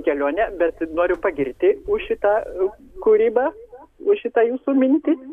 kelionė bet noriu pagirti už šitą kūrybą už šitą jūsų mintį